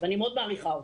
ואני מאוד מעריכה אותם.